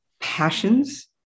passions